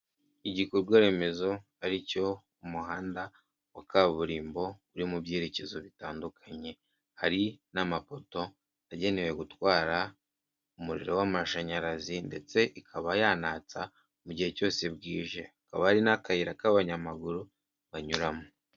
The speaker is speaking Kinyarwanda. Igikorwa remezo ari cyo umuhanda wa kaburimbo uri mu byerekezo bitandukanye hari n'amapoto agenewe gutwara umuriro w'amashanyarazi ndetse ikaba yanatsa mu gihe cyose bwije akaba hari n'akayira k'abanyamaguru banyuramo.